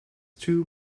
two